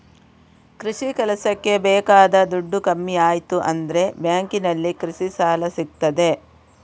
ಕೃಷಿ ಕೆಲಸಕ್ಕೆ ಬೇಕಾದ ದುಡ್ಡು ಕಮ್ಮಿ ಆಯ್ತು ಅಂದ್ರೆ ಬ್ಯಾಂಕಿನಲ್ಲಿ ಕೃಷಿ ಸಾಲ ಸಿಗ್ತದೆ